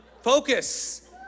focus